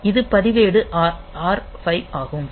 இது பதிவேடு R5 ஆகும்